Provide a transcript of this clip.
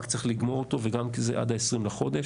רק צריך לגמור אותו וגם כי זה עד ה-20 בחודש.